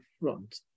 front